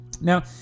Now